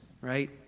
right